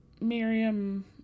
Miriam